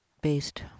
based